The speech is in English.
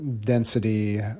density